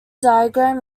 diagram